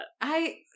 I-